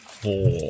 Four